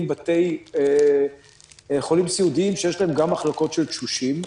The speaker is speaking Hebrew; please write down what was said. בתי חולים סיעודיים שיש להם גם מחלקות של תשושים.